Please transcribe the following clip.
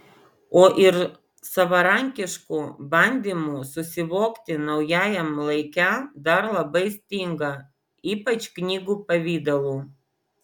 o ir savarankiškų bandymų susivokti naujajam laike dar labai stinga ypač knygų pavidalu